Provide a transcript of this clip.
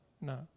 no